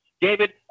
David